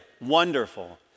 Wonderful